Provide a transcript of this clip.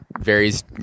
varies